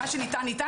מה שניתן ניתן,